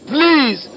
Please